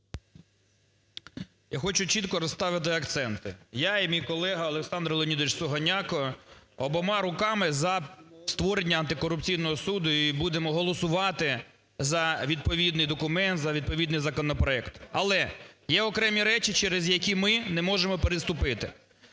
Я хочу чітко розставити акценти: я і мій колега Олександр Леонідович Сугоняко обома руками за створення антикорупційного суду і будемо голосувати за відповідний документ, за відповідний законопроект. Але є окремі речі, через які ми не можемо переступити,